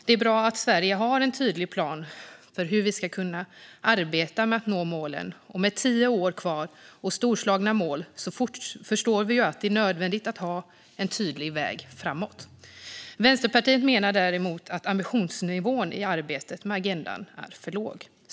Det är bra att Sverige har en tydlig plan för hur vi ska arbeta med att nå målen, och med tio år kvar och storslagna mål förstår vi att det är nödvändigt att ha en tydlig väg framåt. Vänsterpartiet menar däremot att ambitionsnivån i arbetet med Agenda 2030 är för låg.